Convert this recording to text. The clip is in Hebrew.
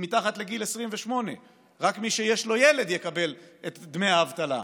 מתחת לגיל 28 ורק מי שיש לו ילד יקבל את דמי האבטלה,